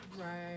Right